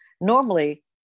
normally